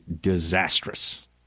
disastrous